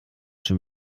schon